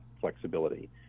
flexibility